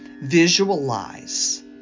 visualize